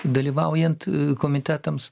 dalyvaujant komitetams